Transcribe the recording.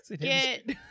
get-